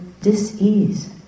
dis-ease